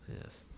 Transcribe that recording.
Yes